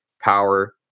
power